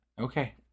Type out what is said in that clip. okay